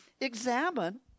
examine